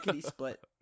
split